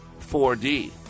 4D